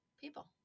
people